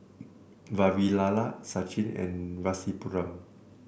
Vavilala Sachin and Rasipuram